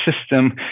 system